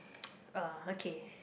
uh okay